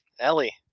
Ellie